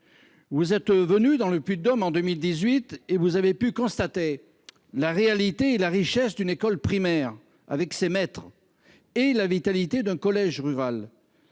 Vous êtes venu dans le Puy-de-Dôme en 2018 ; vous avez pu y constater la réalité d'une école primaire riche de ses maîtres et la vitalité d'un collège rural.